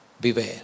Beware